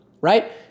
right